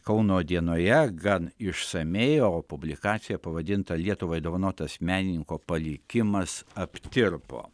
kauno dienoje gan išsamiai o publikacija pavadinta lietuvai dovanotas menininko palikimas aptirpo